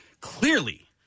Clearly